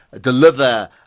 deliver